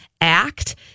act